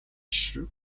шүү